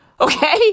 Okay